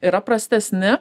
yra prastesni